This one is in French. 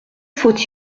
faut